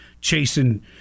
chasing